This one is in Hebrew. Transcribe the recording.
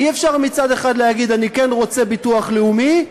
אי-אפשר מצד אחד להגיד: אני כן רוצה ביטוח לאומי,